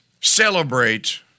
celebrate